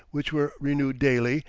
which were renewed daily,